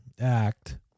act